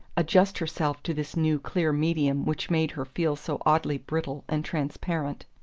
adjust herself to this new clear medium which made her feel so oddly brittle and transparent.